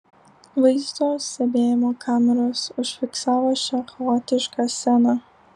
vaizdo stebėjimo kameros užfiksavo šią chaotišką sceną